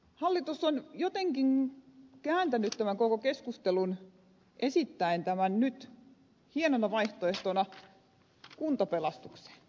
hallitus on jotenkin kääntänyt tämän koko keskustelun esittäen tämän nyt hienona vaihtoehtona kuntapelastukseksi